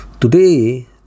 Today